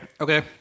Okay